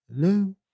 Hello